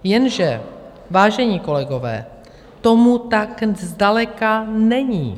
Jenže, vážení kolegové, tomu tak zdaleka není.